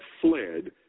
fled